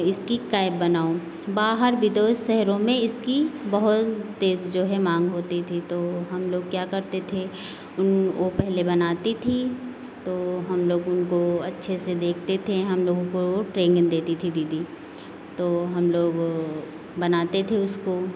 इसकी कैप बनाओ बाहर विदेश शहरों में इसकी बहुत तेज़ जो है इसकी मांग होती थी तो हम लोग क्या करते थे उन वो पहले बनाती थी तो हम लोग उनको अच्छे से देखते थे हम लोगों को ट्रेनिंग देती थी दीदी तो हम लोग बनाते थे उसको